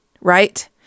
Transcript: right